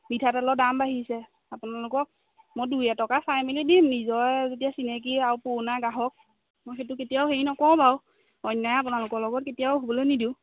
মিঠাতেলৰ দাম বাঢ়িছে আপোনালোকক মই দুই এটকা চাই মেলি দিম নিজৰ যেতিয়া চিনাকি আৰু পুৰণা গ্ৰাহক মই সেইটো কেতিয়াও হেৰি নকৰোঁ বাৰু অন্যায় আপোনালোকৰ লগত কেতিয়াও হ'বলৈ নিদিওঁ